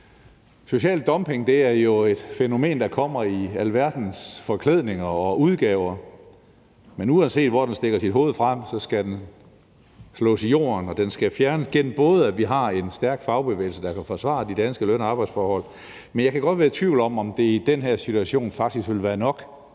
Social dumping er jo et fænomen, der kommer i alverdens forklædninger og udgaver, men uanset hvor den stikker sit hoved frem, skal den slås i jorden, og den skal fjernes, gennem at vi har en stærk fagbevægelse, der kan forsvare de danske løn- og arbejdsforhold, men jeg kan godt være i tvivl om, om det i den her situation faktisk vil være nok.